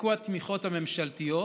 והופסקו התמיכות הממשלתיות,